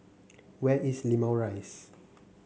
where is Limau Rise